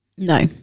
No